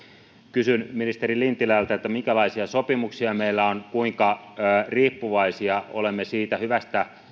kysyn ministeri lintilältä minkälaisia sopimuksia meillä on ja kuinka riippuvaisia olemme hyvästä